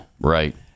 Right